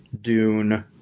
Dune